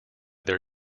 their